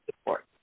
support